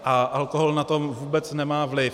A alkohol na to vůbec nemá vliv.